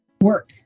work